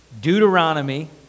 Deuteronomy